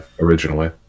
Originally